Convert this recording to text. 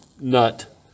nut